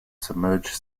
submerged